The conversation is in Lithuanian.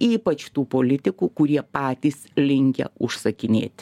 ypač tų politikų kurie patys linkę užsakinėt